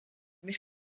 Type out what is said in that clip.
mis